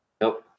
Nope